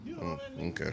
Okay